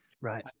right